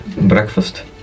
Breakfast